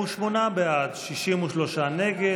בעד, 63 נגד.